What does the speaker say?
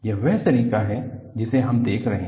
यह वह तरीका है जिसे हम देख रहे हैं